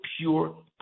pure